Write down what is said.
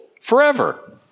forever